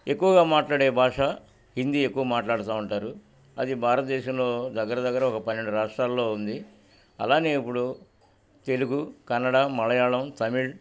ఎక్కువగా మాట్లాడే భాష హిందీ ఎక్కువ మాట్లాడుతూ ఉంటారు అది భారతదేశంలో దగ్గర దగ్గర ఒక పన్నెండు రాష్ట్రాల్లో ఉంది అలానే ఇప్పుడు తెలుగు కన్నడ మలయాళం తమిళ్